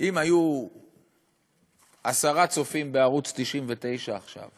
אם היו עשרה צופים בערוץ 99 עכשיו,